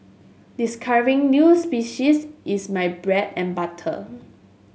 discovering new species is my bread and butter